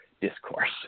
discourse